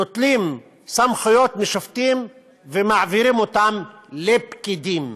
נוטלים סמכויות משופטים ומעבירים אותן לפקידים,